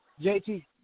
JT